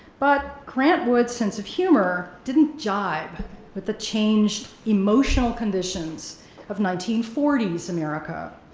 but, grant wood's sense of humor didn't jibe with the changed emotional conditions of nineteen forty s america.